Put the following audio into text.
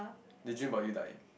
they dream about you dying